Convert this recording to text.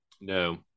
No